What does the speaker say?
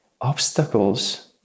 obstacles